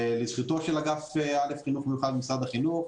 לזכותו של אגף חינוך מיוחד במשרד החינוך,